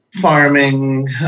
farming